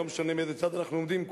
לא משנה מאיזה צד אנחנו עומדים,